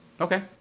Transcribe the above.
Okay